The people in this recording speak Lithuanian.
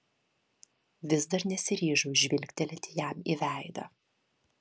vis dar nesiryžau žvilgtelėti jam į veidą